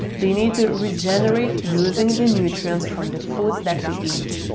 they need to regenerate using the nutrients from the foods that we eat.